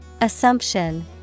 Assumption